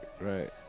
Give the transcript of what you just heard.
right